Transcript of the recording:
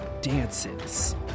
dances